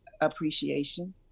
appreciation